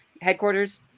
headquarters